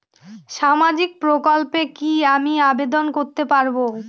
সামাজিক প্রকল্পে কি আমি আবেদন করতে পারবো?